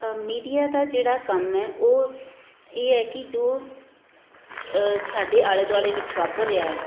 media ਦਾ ਜਿਹੜਾ ਕੰਮ ਹੈ ਉਹ ਇਹ ਹੈ ਕਿ ਜੋ ਸਾਡੇ ਆਲੇ ਦੁਆਲੇ ਵਿੱਚ ਵਾਪਰ ਰਿਹਾ ਹੈ